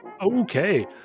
Okay